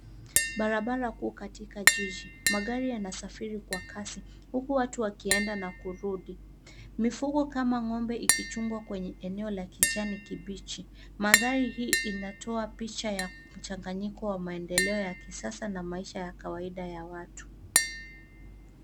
Barabara kuu katika jiji. Magari yanasafiri kwa kasi, huku watu wakienda na kurudi. Mifugo kama ng'ombe ikichungwa kwenye eneo la kijani kibichi. Mandhari hii inatoa picha ya mchanganyiko wa maendeleo ya kisasa na maisha ya kawaida ya watu.